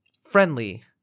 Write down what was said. friendly